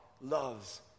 loves